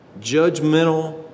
Judgmental